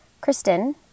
Kristen